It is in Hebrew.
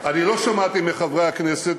אני לא שמעתי מחברי הכנסת,